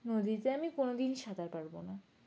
নদীতে আমি কোনোদিন সাঁতার পারবো না